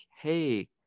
Hey